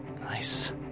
Nice